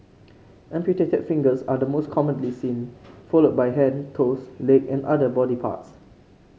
amputated fingers are the most commonly seen followed by hand toes leg and other body parts